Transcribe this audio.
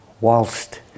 whilst